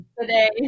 today